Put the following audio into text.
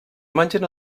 mengen